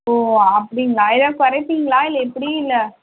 ஓ அப்படிங்களா எதாவது குறைப்பீங்களா இல்லை எப்படி இல்லை